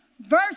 verse